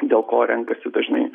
dėl ko renkasi dažnai